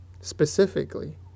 specifically